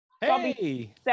Hey